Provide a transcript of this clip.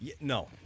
No